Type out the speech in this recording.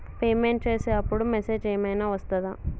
Payment చేసే అప్పుడు message ఏం ఐనా వస్తదా?